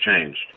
changed